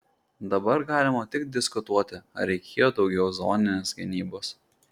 dabar galima tik diskutuoti ar reikėjo daugiau zoninės gynybos